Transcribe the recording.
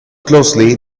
closely